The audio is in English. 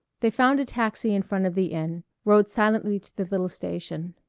they found a taxi in front of the inn rode silently to the little station.